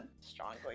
Strongly